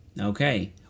Okay